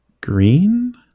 Green